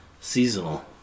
Seasonal